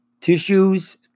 tissues